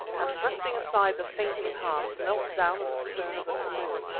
and thrusting aside the fainting hans, knelt down in the stern of the canoe.